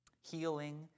healing